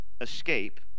escape